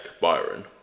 Byron